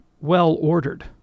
well-ordered